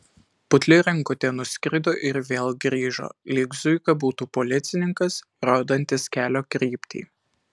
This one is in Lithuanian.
putli rankutė nuskrido ir vėl grįžo lyg zuika būtų policininkas rodantis kelio kryptį